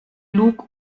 lug